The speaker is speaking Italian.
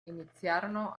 iniziarono